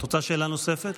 את רוצה שאלה נוספת?